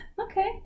Okay